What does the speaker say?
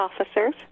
officers